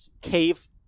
cave